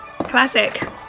Classic